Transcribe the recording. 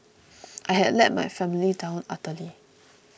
I had let my family down utterly